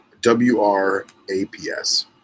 W-R-A-P-S